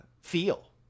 feel